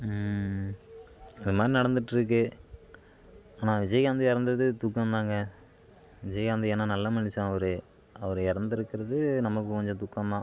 இந்த மாதிரி நடந்துட்டுருக்கு ஆனால் விஜயகாந்த் இறந்தது துக்கம் தாங்க விஜயகாந்த் ஏன்னால் நல்ல மனுஷன் அவர் அவர் இறந்துருக்கிறது நமக்கு கொஞ்சம் துக்கம் தான்